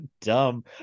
dumb